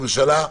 הממשלה,